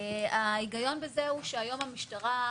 ההיגיון בזה הוא שהיום המשטרה,